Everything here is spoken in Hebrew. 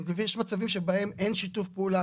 ויש מצבים שבהם אין שיתוף פעולה,